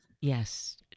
Yes